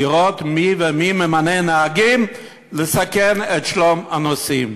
לראות מי ומי ממנה נהגים לסכן את שלום הנוסעים.